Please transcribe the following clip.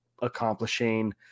accomplishing